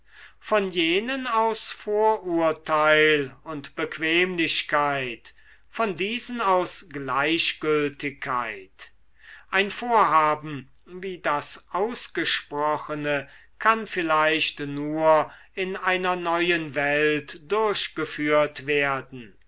von jenen aus vorurteil und bequemlichkeit von diesen aus gleichgültigkeit ein vorhaben wie das ausgesprochene kann vielleicht nur in einer neuen welt durchgeführt werden